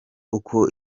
uko